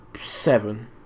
seven